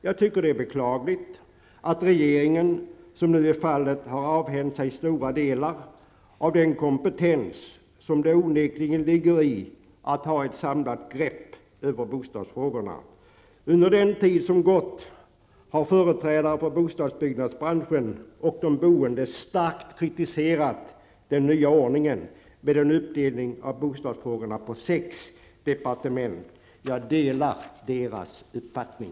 Jag tycker det är beklagligt att regeringen, som nu är fallet, har avhänt sig stora delar av den kompetens det onekligen ligger i att ha ett samlat grepp över bostadsfrågorna. Under den tid som gått har företrädare för bostadsbyggnadsbranschen och de boende starkt kritiserat den nya ordningen med en uppdelning av bostadsfrågorna på sex departement. Jag delar deras uppfattning.